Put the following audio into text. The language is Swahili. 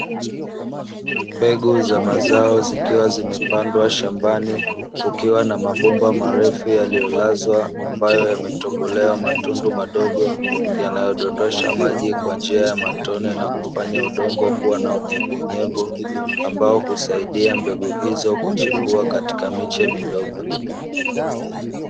Mbegu za mazao zikiwa zimepandwa shambani kukiwa na mabomba marefu yaliyolazwa, ambayo yametobolewa matundu madogo yanayodondosha maji kwa njia ya matone na kufanya udongo kuwa na unyevuunyevu, ambao husaidia mbegu hizo kuchipua katika miche midogo.